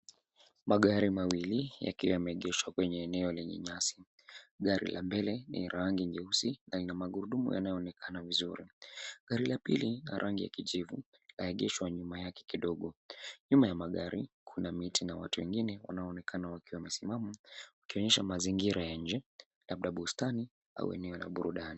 Magari mawili yakiwa yameegeshwa kwenye eneo lenye nyasi. Gari la mbele ni la rangi nyeusi yenye magurudumu yanayoonekana vizuri. Gari la pili ni la rangi ya kijivu na limeegeshwa nyuma yake kidogo. Nyuma ya magari kuna miti na watu wengine wanaoonekana wakiwa wamesimama wakionyesha mazingira ya nje labda bustani au eneo la burudani.